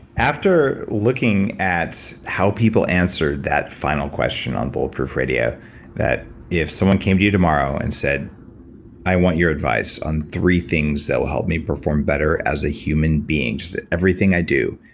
after looking at how people answered that final question on bulletproof radio that if someone came to you tomorrow and said i want your advice on three things that will help me perform better as a human being just everything i do,